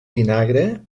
vinagre